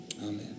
Amen